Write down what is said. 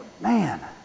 Man